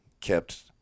kept